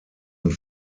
und